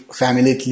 family